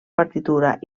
partitura